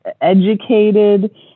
educated